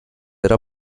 era